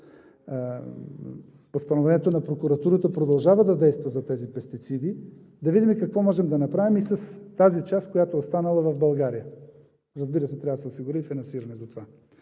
постановлението на прокуратурата продължава да действа за тези пестициди, да видим какво можем да направим и с тази част, която е останала в България. Разбира се, трябва да се осигури и финансиране за това.